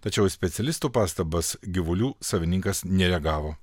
tačiau į specialistų pastabas gyvulių savininkas nereagavo